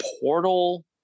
portal